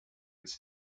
its